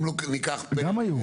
גם היו.